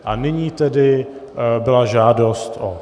A nyní tedy byla žádost o...